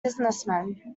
businessman